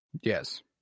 Yes